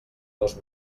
dos